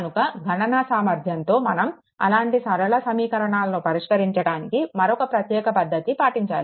కనుక గణన సామర్ధ్యంతో మనం అలాంటి సరళ సమీకరణాలు పరిష్కరించడానికి మరొక ప్రత్యేక పద్ధతి పాటించాలి